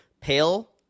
pale